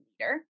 leader